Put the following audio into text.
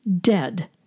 dead